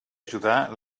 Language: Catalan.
ajudar